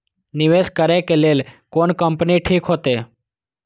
निवेश करे के लेल कोन कंपनी ठीक होते?